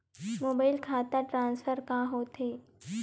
Mobile खाता transfer का होथे?